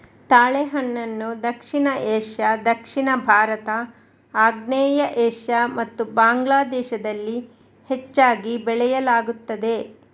ತಾಳೆಹಣ್ಣನ್ನು ದಕ್ಷಿಣ ಏಷ್ಯಾ, ದಕ್ಷಿಣ ಭಾರತ, ಆಗ್ನೇಯ ಏಷ್ಯಾ ಮತ್ತು ಬಾಂಗ್ಲಾ ದೇಶದಲ್ಲಿ ಹೆಚ್ಚಾಗಿ ಬೆಳೆಯಲಾಗುತ್ತದೆ